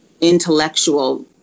intellectual